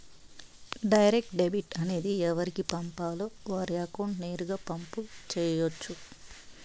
direct debit అనేది ఎవరికి పంపాలో వారి అకౌంట్ నేరుగా పంపు చేయొచ్చు